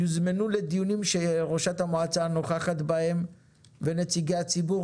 יוזמנו לדיונים שראשת המועצה נוכחת בהם ונציגי הציבור,